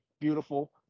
Beautiful